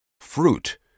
fruit